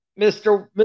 Mr